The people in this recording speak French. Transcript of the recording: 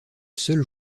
seul